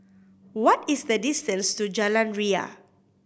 what is the distance to Jalan Ria